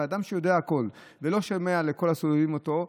אבל אדם שיודע הכול ולא שומע לכל הסובבים אותו,